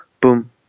boom